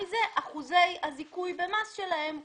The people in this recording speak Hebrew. אחוזי הזיכוי במס שלהם קטנו.